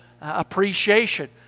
appreciation